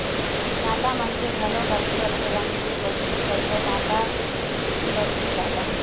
चाटा मन के घलोक अलगे अलगे रंग रुप के रहिथे करिया चाटा, ललहूँ चाटा